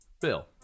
bill